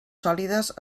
sòlides